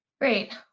Great